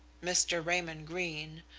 mr. raymond greene,